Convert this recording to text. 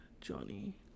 Johnny